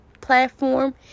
platform